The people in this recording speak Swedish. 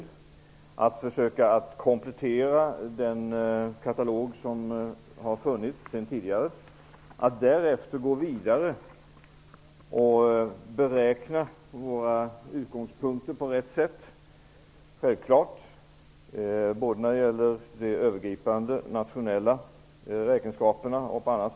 Vi har prioriterat att försöka komplettera den katalog som har funnits sedan tidigare och att därefter gå vidare och beräkna våra utgångspunkter på rätt sätt. Det är självklart, både när det gäller de övergripande, nationella räkenskaperna och annat.